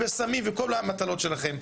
בסמים ובכל המטלות שלכם.